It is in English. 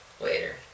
later